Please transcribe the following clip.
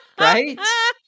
right